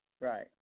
Right